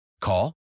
Call